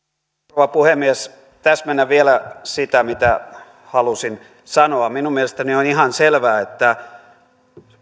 rouva puhemies täsmennän vielä sitä mitä halusin sanoa minun mielestäni on ihan selvää että